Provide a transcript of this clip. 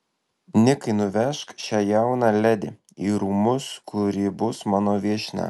nikai nuvežk šią jauną ledi į rūmus kur ji bus mano viešnia